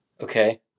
Okay